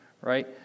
right